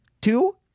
two